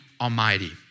Almighty